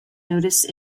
notice